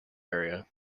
area